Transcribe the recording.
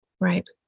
Right